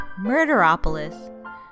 Murderopolis